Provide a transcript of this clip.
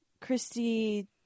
Christy